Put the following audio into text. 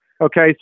Okay